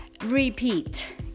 repeat